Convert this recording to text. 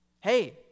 hey